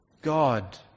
God